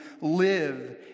live